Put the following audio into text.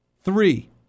Three